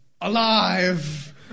alive